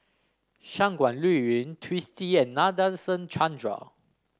Shangguan Liuyun Twisstii and Nadasen Chandra